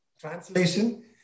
Translation